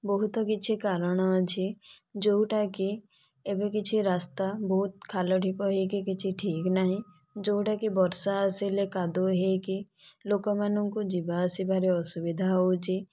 ବହୁତ କିଛି କାରଣ ଅଛି ଯେଉଁଟା କି ଏବେ କିଛି ରାସ୍ତା ବହୁତ ଖାଲ ଢ଼ିପ ହୋଇକି କିଛି ଠିକ ନାହିଁ ଯେଉଁଟା କି ବର୍ଷା ଆସିଲେ କାଦୁଅ ହୋଇକି ଲୋକମାନଙ୍କୁ ଯିବା ଆସିବାର ଅସୁବିଧା ହେଉଛି